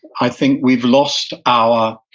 i think we've lost our